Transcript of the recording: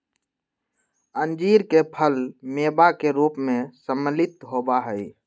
अंजीर के फल मेवा के रूप में सम्मिलित होबा हई